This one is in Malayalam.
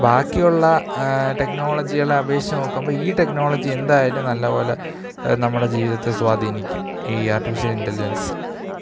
ബാക്കിയുള്ള ടെക്നോളജികളെ അപേക്ഷിച്ച് നോക്കുമ്പോൾ ഈ ടെക്നോളജി എന്തായാലും നല്ലതുപോലെ നമ്മടെ ജീവിതത്തെ സ്വാധീനിക്കും ഈ ആർട്ടിഫിഷ്യൽ ഇൻറലിജൻസ്